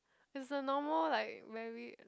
is a normal like very